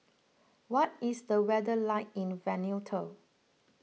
what is the weather like in Vanuatu